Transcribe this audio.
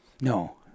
No